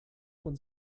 von